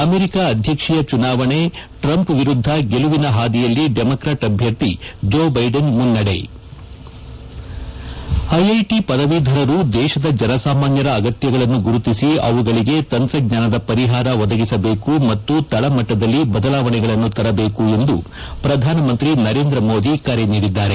America ಅಧ್ಯಕ್ಷೀಯ ಚುನಾವಣೆ Trump ವಿರುದ್ದ ಗೆಲುವಿನ ಹಾದಿಯಲ್ಲಿ ಡೆಮಾಕ್ರಾಟ್ ಅಭ್ಯರ್ಥಿ ಜೋ ಬ್ಲೆಡೆನ್ ಮುನ್ನಡೆ ಐಐಟಿ ಪದವೀಧರರು ದೇಶದ ಜನಸಾಮಾನ್ಗರ ಅಗತ್ಯಗಳನ್ನು ಗುರುತಿಸಿ ಅವುಗಳಿಗೆ ತಂತ್ರಜ್ಞಾನ ಪರಿಹಾರ ಒದಗಿಸಬೇಕು ಮತ್ತು ತಳಮಟ್ಟದಲ್ಲಿ ಬದಲಾವಣೆಗಳನ್ನು ತರಬೇಕು ಎಂದು ಪ್ರಧಾನಮಂತ್ರಿ ನರೇಂದ್ರ ಮೋದಿ ಅವರು ಕರೆ ನೀಡಿದ್ದಾರೆ